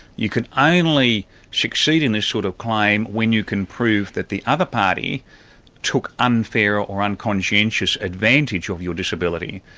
you could only succeed in this sort of claim when you can prove that the other party took unfair or unconscientious advantage of your disability,